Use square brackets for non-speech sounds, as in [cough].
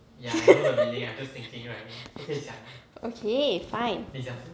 [laughs] [laughs] okay fine